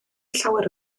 llawer